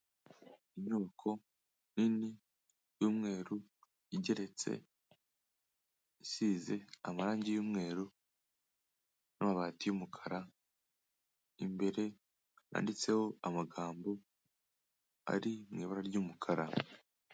Inyubako nini y'umweru igeretse, isize amarangi y'umweru n'amabati y'umukara, imbere yanditseho amagambo ari mu ibara ry'umukara.